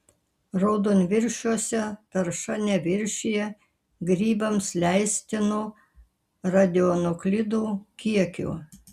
raudonviršiuose tarša neviršija grybams leistino radionuklidų kiekio